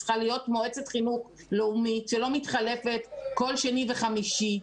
צריכה להיות מועצת חינוך לאומית שלא מתחלפת כל שני וחמישי.